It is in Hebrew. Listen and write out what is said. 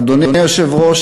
אדוני היושב-ראש,